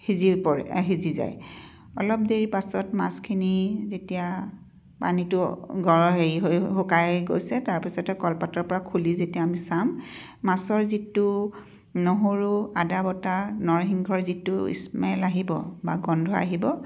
সিজি পৰে সিজি যায় অলপ দেৰি পাছত মাছখিনি যেতিয়া পানীটো গৰ হেৰি হৈ শুকাই গৈছে তাৰপিছতে কলপাতৰ পৰা খুলি যেতিয়া আমি চাম মাছৰ যিটো নহৰু আদা বটা নৰসিংহৰ যিটো স্মেল আহিব বা গোন্ধ আহিব